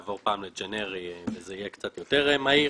פעם יעבור לג'נרי וזה יהיה קצת יותר מהיר,